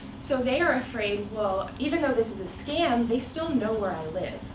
so they are afraid, well, even though this is a scam, they still know where i live.